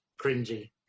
cringy